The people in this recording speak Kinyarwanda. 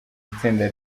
itsinda